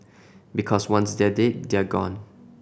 because once they're dead they're gone